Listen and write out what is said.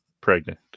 pregnant